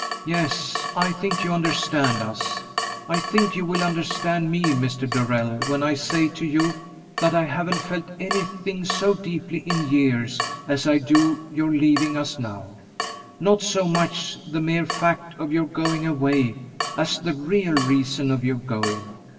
yes, i think you understand us i think you will understand me, mr. darrell, when i say to you that i haven't felt anything so deeply in years as i do your leaving us now not so much the mere fact of your going away as the real reason of your going.